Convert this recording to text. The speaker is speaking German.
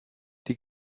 die